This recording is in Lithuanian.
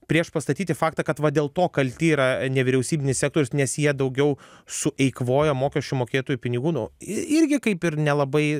priešpastatyti faktą kad va dėl to kalti yra nevyriausybinis sektorius nes jie daugiau sueikvoja mokesčių mokėtojų pinigų nu irgi kaip ir nelabai